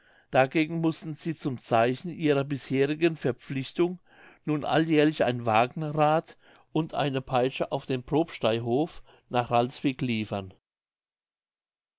dagegen mußten sie zum zeichen ihrer bisherigen verpflichtung nun alljährlich ein wagenrad und eine peitsche auf den probsteihof nach ralswiek liefern